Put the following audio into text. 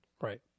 Right